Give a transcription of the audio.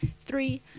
Three